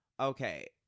Okay